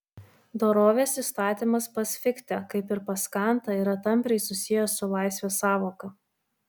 dorovės įstatymas pas fichtę kaip ir pas kantą yra tampriai susijęs su laisvės sąvoka